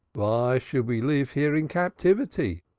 vy should we lif here in captivity?